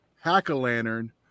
Hack-A-Lantern